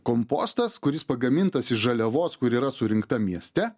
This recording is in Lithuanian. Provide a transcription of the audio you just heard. kompostas kuris pagamintas iš žaliavos kuri yra surinkta mieste